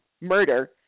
murder